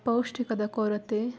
ಪೌಷ್ಠಿಕದ ಕೊರತೆ